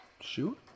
Shoot